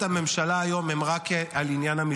מר נתניהו,